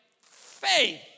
faith